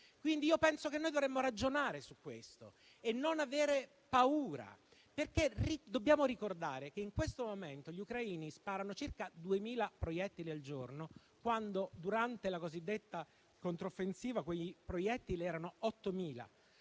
quindi, che dovremmo ragionare su questo e non avere paura. Dobbiamo ricordare che in questo momento gli ucraini sparano circa 2.000 proiettili al giorno, quando durante la cosiddetta controffensiva quei proiettili erano 8.000